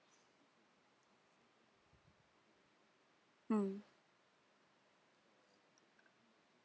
mm